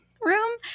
room